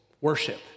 Worship